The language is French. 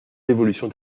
l’évolution